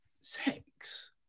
sex